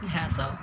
इहए सभ